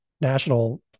national